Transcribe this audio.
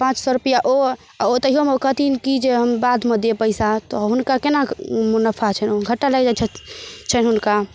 पाँच सए रुपआ ओ ओ तहिओमे ओ कहथिन कि जे हम बादमे देब पैसा तऽ हुनका केना मुनफा छैन घाटा लागि जाइत छैन हुनका